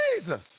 Jesus